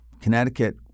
Connecticut